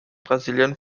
brasilien